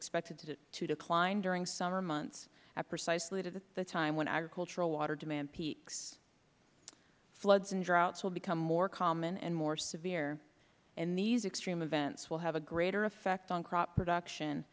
expected to decline during summer months at precisely the time when agricultural water demand peaks floods and droughts will become more common and more severe and these extreme events will have a greater effect on crop production